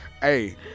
Hey